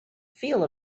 feel